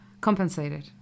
compensated